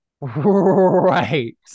Right